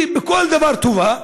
היא בכל דבר טובה,